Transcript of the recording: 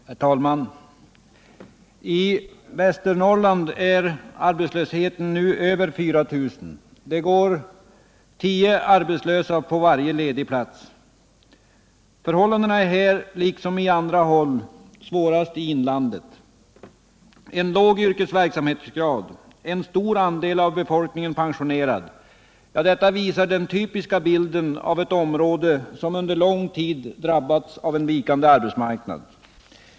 Herr talman! I Västernorrland är antalet arbetslösa nu över 4 000. Det går tio arbetslösa på varje ledig plats. Förhållandena är här, liksom på andra håll, svårast i inlandet. Låg yrkesverksamhet och en stor andel av befolkningen pensionerad — det är den typiska bilden i ett område som under lång tid drabbats av vikande arbetsmarknad.